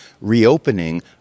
reopening